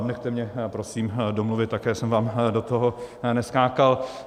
Nechte mě prosím domluvit, také jsem vám do toho neskákal.